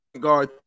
guard